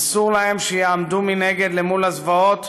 אסור שיעמדו מנגד מול הזוועות,